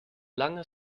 langer